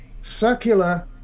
circular